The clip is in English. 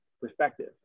perspective